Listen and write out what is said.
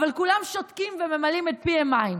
אבל כולם שותקים וממלאים את פיהם מים.